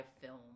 film